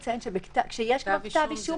כשכבר יש כתב אישום,